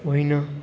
होइन